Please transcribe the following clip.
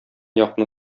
якны